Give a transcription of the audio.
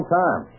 time